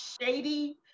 shady